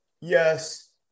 Yes